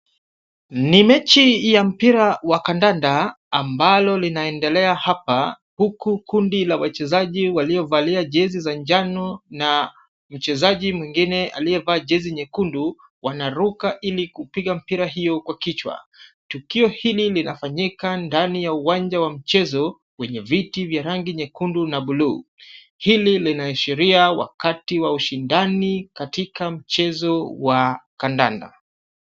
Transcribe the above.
Ni mechi ya mpira wa kandanda ambalo linaendelea hapa, huku kundi la wachezaji waliovalia jezi la njano na mchezaji mwingine aliyevaa jezi nyekundu wanaruka ili kupiga mpira hiyo kwa kichwa. Tukio hili linafanyika ndani ya uwanja wa mchezo wenye viti vya rangi nyekundu na bluu. Hili linaishiria wakati wa ushindani katika mchezo wa kandanda.